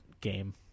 game